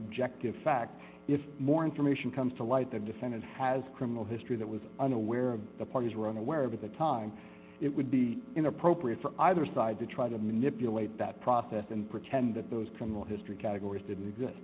objective fact if more information comes to light that defendant has criminal history that was unaware of the parties were unaware of at the time it would be inappropriate for either side to try to manipulate that process and pretend that those criminal history categories didn't exist